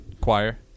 choir